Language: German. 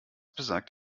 besagt